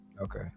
okay